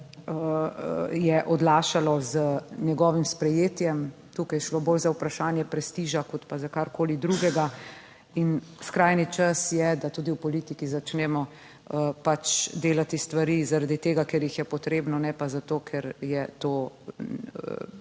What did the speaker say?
je odlašalo z njegovim sprejetjem. Tukaj je šlo bolj za vprašanje prestiža kot pa za karkoli drugega. In skrajni čas je, da tudi v politiki začnemo pač delati stvari zaradi tega, ker jih je potrebno, ne pa zato, ker je to nek